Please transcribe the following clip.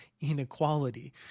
inequality